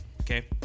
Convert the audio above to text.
okay